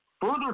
further